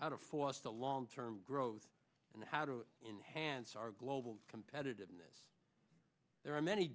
how to force the long term growth and how to inhance our global competitiveness there are many